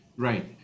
Right